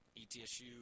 ETSU